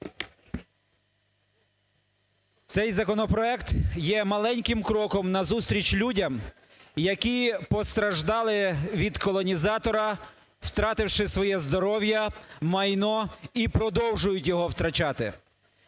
Цей законопроект є маленьким кроком назустріч людям, які постраждали від колонізатора, втративши своє здоров'я, майно, і продовжують його втрачати.